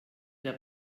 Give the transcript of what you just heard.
der